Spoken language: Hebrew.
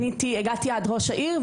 הגעתי עד ראש העיר,